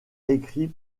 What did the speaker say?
écrit